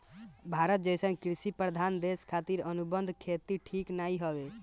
भारत जइसन कृषि प्रधान देश खातिर अनुबंध खेती ठीक नाइ हवे